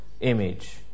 image